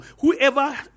whoever